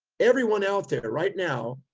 everyone out there right now,